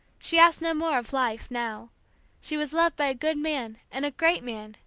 she asked no more of life, now she was loved by a good man, and a great man,